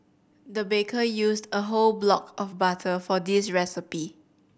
the baker used a whole block of butter for this recipe